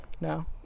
No